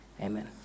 Amen